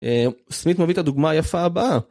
סמית מביא את הדוגמה היפה הבאה.